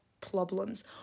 problems